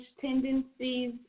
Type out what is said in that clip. tendencies